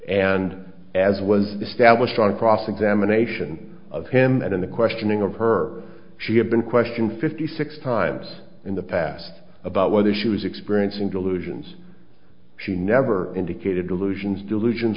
and as was established on cross examination of him and in the questioning of her she had been questioned fifty six times in the past about whether she was experiencing delusions she never indicated delusions d